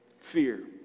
Fear